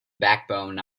backbone